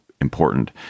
important